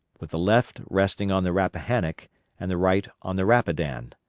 with the left resting on the rappahannock and the right on the rapidan.